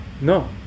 No